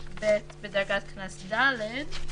53(ב)בדרגת קנס ד',